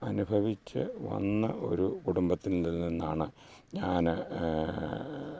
അനുഭവിച്ചു വന്ന ഒരു കുടുംബത്തിൽ നിന്നാണ് ഞാൻ